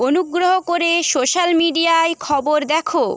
অনুগ্রহ করে সোশ্যাল মিডিয়ায় খবর দেখো